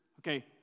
okay